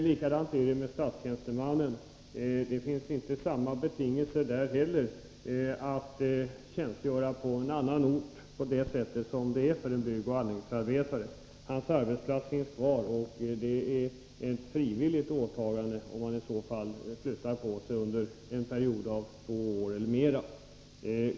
Likadant är det med statstjänstemannen. För honom gäller inte samma betingelser vid tjänstgöring på en annan ort som för en byggnadsoch anläggningsarbetare. Statstjänstemannens arbetsplats finns kvar, och det är ett frivilligt åtagande om han flyttar på sig under en period av två år eller mer.